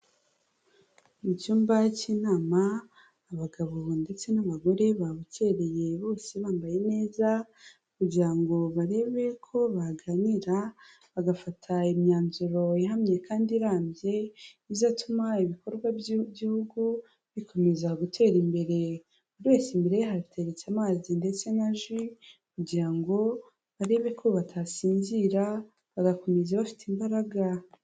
Mu cyumba cy'inama abagabo ndetse n'abagore babukereye bose bambaye neza, kugira ngo barebe ko baganira bagafata imyanzuro ihamye kandi irambye izatuma ibikorwa by'igihugu bikomeza gutera imbere, buri wese imbere ye hategetse amazi ndetse na ji kugira ngo barebe ko batasinzira bagakomeza bafite imbaraga.